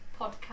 podcast